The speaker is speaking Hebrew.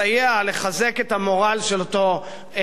לחזק את המורל של אותו עורף.